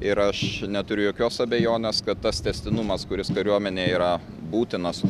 ir aš neturiu jokios abejonės kad tas tęstinumas kuris kariuomenėj yra būtinas